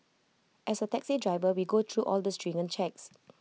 as A taxi driver we go through all the stringent checks